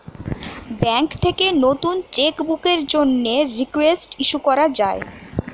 bank থেকে নতুন cheque বুকের জন্যে রিকোয়েস্ট ইস্যু করা যায়